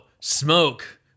smoke